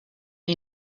you